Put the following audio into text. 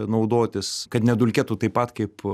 naudotis kad nedulkėtų taip pat kaip